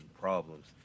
problems